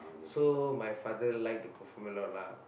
so my father like the perfume a lot lah